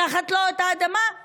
לקחת לו את האדמה,